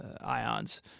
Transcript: ions